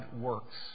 works